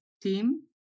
team